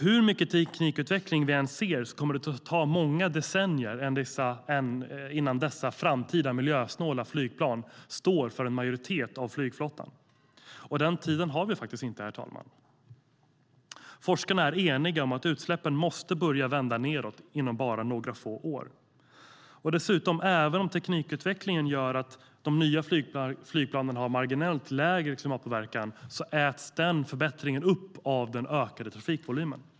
Hur mycket teknikutveckling vi än ser kommer det att ta många decennier innan de framtida miljösnåla flygplanen utgör en majoritet av flygflottan. Den tiden har vi inte, herr talman. Forskarna är eniga om att utsläppen måste börja vända nedåt inom några få år. Även om teknikutvecklingen gör att de nya flygplanen har marginellt lägre klimatpåverkan äts den förbättringen upp av den ökade trafikvolymen.